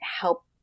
help